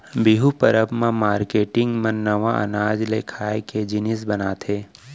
बिहू परब म मारकेटिंग मन नवा अनाज ले खाए के जिनिस बनाथे